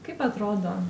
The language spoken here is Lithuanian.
kaip atrodo